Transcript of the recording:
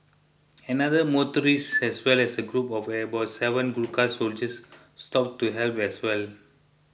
another motorist as well as a group of about seven Gurkha soldiers stopped to help as well